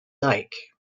like